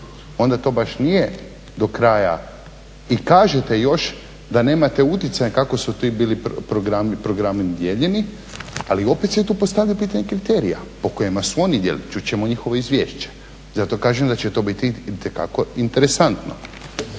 onda to baš nije do kraja, i kažete još da nemate utjecaj kako su ti bili programi dijeljeni, ali opet se tu postavlja pitanje kriterija po kojima su oni dijelili, čut ćemo njihovo izvješće. Zato kažem da će to biti itekako interesantno.